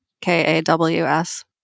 K-A-W-S